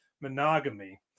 monogamy